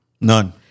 None